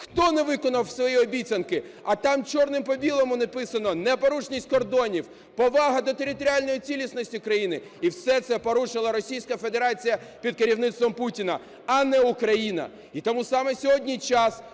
хто не виконав свої обіцянки! А там чорним по білому написано "непорушність кордонів", "повага до територіальної цілісності країни" – і все це порушила Російська Федерація під керівництвом Путіна, а не Україна! І тому саме сьогодні час